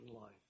life